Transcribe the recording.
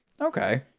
okay